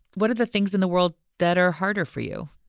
what are the things in the world that are harder for you?